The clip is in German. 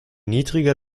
niedriger